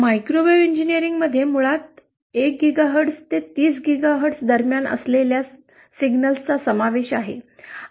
microwave इंजिनिअरिंगमध्ये मुळात 1 gigahertz ते 30 गीगाहर्ट्झ दरम्यान असलेल्या संकेतांचा समावेश आहे